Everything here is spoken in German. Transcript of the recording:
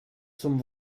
zum